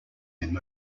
him